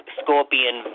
scorpion